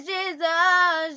Jesus